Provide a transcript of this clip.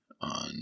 on